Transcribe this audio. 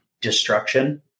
destruction